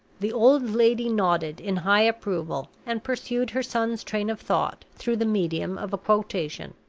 the old lady nodded in high approval, and pursued her son's train of thought through the medium of a quotation.